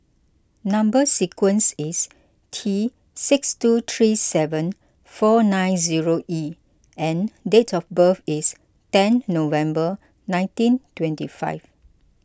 Number Sequence is T six two three seven four nine zero E and date of birth is ten November nineteen twenty five